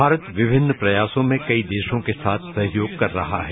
भारत विभिन्न प्रयासों में कई देशों के साथ सहयोग कर रहा है